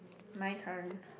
my turn